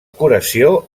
curació